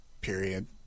period